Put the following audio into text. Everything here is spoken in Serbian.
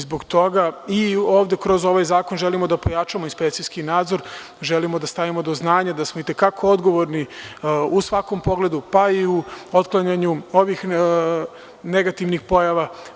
Zbog toga kroz ovaj zakon želimo da pojačamo inspekcijski nadzor i želimo da stavimo do znanja da smo i te kako odgovorni u svakom pogledu, pa i u otklanjanju ovih negativnih pojava.